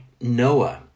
Noah